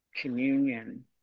communion